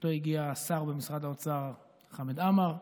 איתו הגיע השר במשרד האוצר חמד עמאר,